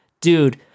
Dude